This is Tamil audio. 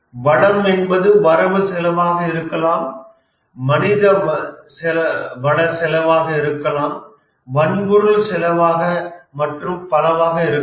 வளம் என்பது வரவு செலவாக இருக்கலாம் மனிதவள செலவாக இருக்கலாம் வன்பொருள் செலவு மற்றும் பலவாக இருக்கலாம்